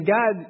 God